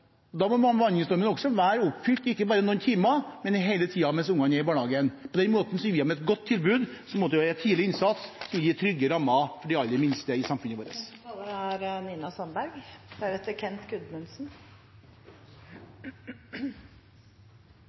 Da må bemanningsnormen være oppfylt ikke bare noen timer, men hele tiden mens ungene er i barnehagen. På den måten gir vi dem et godt tilbud, som også er tidlig innsats, som gir trygge rammer for de aller minste i samfunnet vårt.